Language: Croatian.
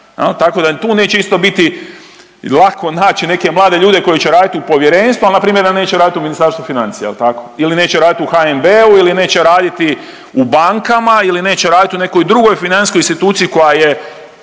tako da i tu neće isto biti lako naći neke mlade ljude koji će raditi u povjerenstvu, al npr. da neće radit u Ministarstvu financija, jel tako ili neće radit u HNB-u ili neće raditi u bankama ili neće raditi u nekoj drugoj financijskoj instituciji koja je,